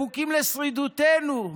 בחוקים לשרידותנו,